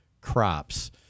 crops